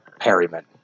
Perryman